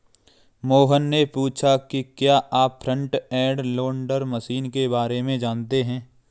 मोहन ने पूछा कि क्या आप फ्रंट एंड लोडर मशीन के बारे में जानते हैं?